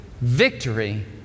victory